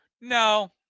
no